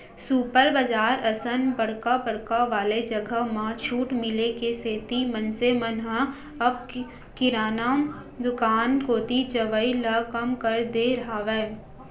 super बजार असन बड़का बड़का वाले जघा म छूट मिले के सेती मनसे मन ह अब किराना दुकान कोती जवई ल कम कर दे हावय